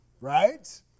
right